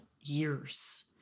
years